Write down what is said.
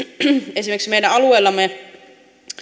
esimerkiksi meidän alueellamme